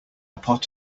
pot